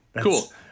cool